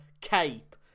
cape